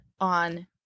on